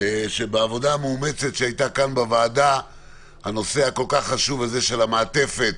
שבעבודה המאומצת שהייתה כאן בוועדה הנושא הכול כך חשוב הזה של המעטפת